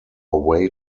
way